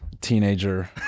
teenager